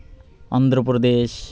Andhra Pradesh